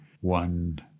one